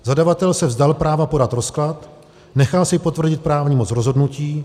Zadavatel se vzdal práva podat rozklad, nechal si potvrdit právní moc rozhodnutí.